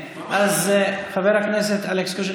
חבר הכנסת אלכס קושניר,